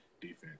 defense